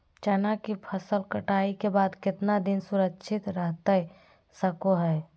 चना की फसल कटाई के बाद कितना दिन सुरक्षित रहतई सको हय?